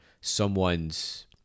someone's